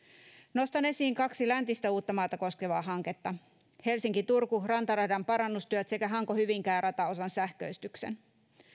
nostan esiin kaksi läntistä uuttamaata koskevaa hanketta helsinki turku rantaradan parannustyöt sekä hanko hyvinkää rataosan sähköistyksen